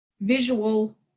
visual